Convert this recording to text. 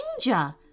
danger